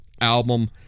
album